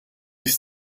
ist